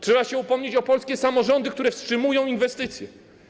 Trzeba się upomnieć o polskie samorządy, które wstrzymują inwestycje.